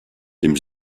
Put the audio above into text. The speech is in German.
dem